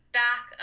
back